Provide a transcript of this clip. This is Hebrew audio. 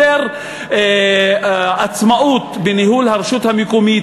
יותר עצמאות בניהול הרשות המקומית,